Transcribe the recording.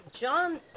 John